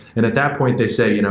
and at that point they say, you know